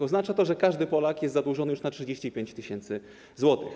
Oznacza to, że każdy Polak jest już zadłużony na 35 tys. zł.